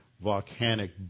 volcanic